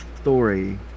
story